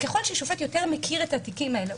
ככל ששופט יותר מכיר את התיקים האלה,